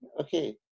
Okay